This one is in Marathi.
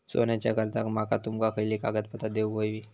सोन्याच्या कर्जाक माका तुमका खयली कागदपत्रा देऊक व्हयी?